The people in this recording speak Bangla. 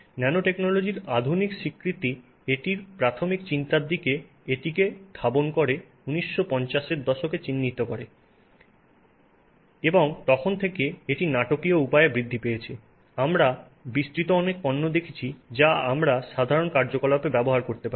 ন্যানোটেকনোলজির আধুনিক স্বীকৃতি এটির প্রাথমিক চিন্তার দিকে এটি কে ধাবন করে 1950 দশকে চিহ্নিত করে এবং তখন থেকে এটি নাটকীয় উপায়ে বৃদ্ধি পেয়েছে আমরা বিস্তৃত অনেক পণ্য দেখেছি যা আমরা সাধারণ কার্যকলাপে ব্যবহার করতে পারি